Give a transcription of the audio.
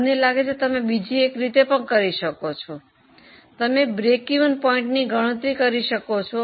મને લાગે છે કે તમે એક બીજી રીતે કરી શકો છો તમે સમતૂર બિંદુની ગણતરી કરી શકો છો